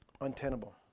untenable